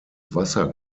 wasser